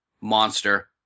monster